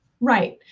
Right